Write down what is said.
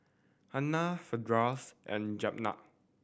Hana Firdaus and Jenab